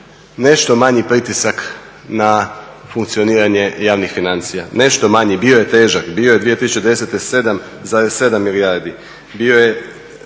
nešto manji pritisak na funkcioniranje javnih financija. Nešto manji, bio je težak, bio je 2010. 7,7 milijardi. Bio je